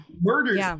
murders